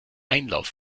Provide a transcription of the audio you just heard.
einlauf